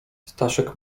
staszek